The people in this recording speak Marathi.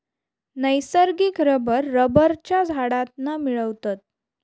नैसर्गिक रबर रबरच्या झाडांतना मिळवतत